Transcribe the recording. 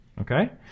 okay